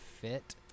fit